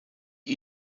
ihm